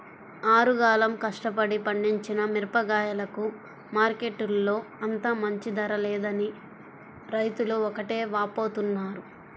ఆరుగాలం కష్టపడి పండించిన మిరగాయలకు మార్కెట్టులో అంత మంచి ధర లేదని రైతులు ఒకటే వాపోతున్నారు